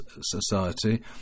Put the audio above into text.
Society